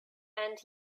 and